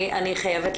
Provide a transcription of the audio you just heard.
את יודעת,